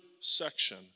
section